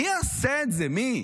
מי יעשה את זה, מי?